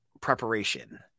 preparation